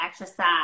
exercise